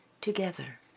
together